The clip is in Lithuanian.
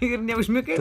ir neužmigai